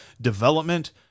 development